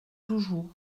toujours